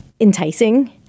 enticing